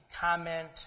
comment